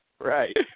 Right